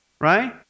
Right